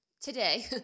today